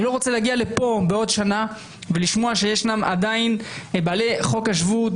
אני לא רוצה להגיע לפה בעוד שנה ולשמוע שיש עדיין זכאי חוק השבות,